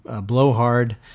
blowhard